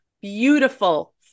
beautiful